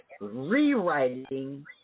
rewriting